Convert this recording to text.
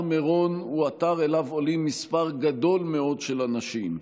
הר מירון הוא אתר שאליו עולים מספר גדול מאוד של אנשים,